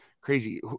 Crazy